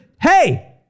hey